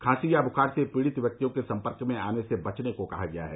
खांसी या बुखार से पीड़ित व्यक्तियों के सम्पर्क में आने से बचने को कहा गया है